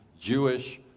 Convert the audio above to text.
Jewish